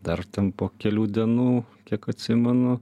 dar ten po kelių dienų kiek atsimenu